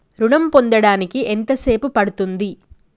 ఋణం పొందడానికి ఎంత సేపు పడ్తుంది?